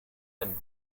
and